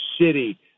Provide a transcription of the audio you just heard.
city